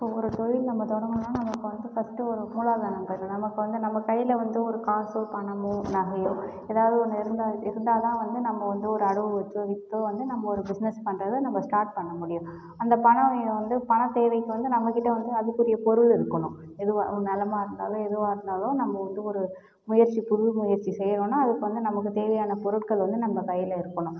இப்போ ஒரு தொழில் நம்ப தொடங்கணுனா நம்ப இப்போ வந்து ஃபர்ஸ்ட்டு ஒரு மூலாதனம் வேணும் நமக்கு வந்து நம்ப கையில் வந்து ஒரு காசோ பணமோ நகையோ எதாவது ஒன்று இருந்தால் இருந்தால் தான் வந்து நம்ப வந்து ஒரு அடவு வச்சோ விற்றோ வந்து நம்ப ஒரு பிஸ்னஸ் பண்ணுறது நம்ப ஸ்டார்ட் பண்ண முடியும் அந்த பணம் வே வந்து பணத்தேவைக்கு வந்து நம்பகிட்ட வந்து அதுக்குரிய பொருள் இருக்கணும் எதுவாக ஒரு நெலமாக இருந்தாலும் எதுவாக இருந்தாலும் நம்ப வந்து ஒரு முயற்சி புது முயற்சி செய்யறோனா அதுக்கு வந்து நமக்கு தேவையான பொருட்கள் வந்து நம்ப கையில் இருக்கணும்